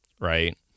Right